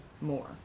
more